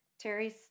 Terry's